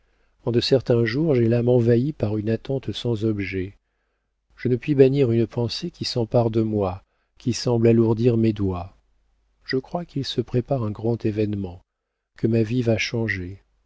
en de certains jours j'ai l'âme envahie par une attente sans objet je ne puis bannir une pensée qui s'empare de moi qui semble alourdir mes doigts je crois qu'il se prépare un grand événement que ma vie va changer